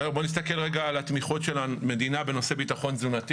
בואו נסתכל רגע על התמיכות של המדינה בנושא ביטחון תזונתי.